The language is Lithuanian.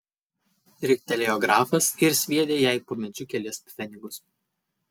riktelėjo grafas ir sviedė jai po medžiu kelis pfenigus